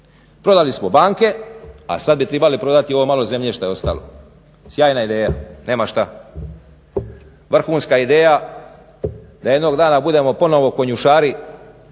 Prodali smo banke, a sad bi trebali prodati ovo malo zemlje što je ostalo. Sjajna ideja, nema šta, vrhunska ideja da jednog dana budemo ponovno konjušari